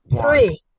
Three